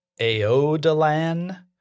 AODALAN